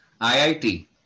IIT